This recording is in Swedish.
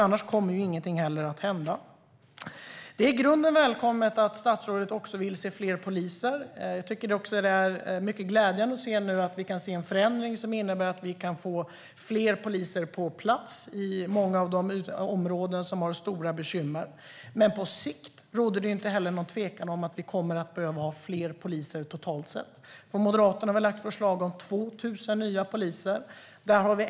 Annars kommer inte heller någonting att hända. Det är i grunden välkommet att också statsrådet vill se fler poliser. Det är mycket glädjande att vi nu kan se en förändring som innebär fler poliser på plats i många av de områden där det finns stora bekymmer. Men på sikt råder det ingen tvekan om att vi kommer att behöva ha fler poliser totalt. Moderaterna har lagt fram förslag om 2 000 nya poliser.